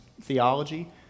theology